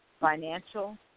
Financial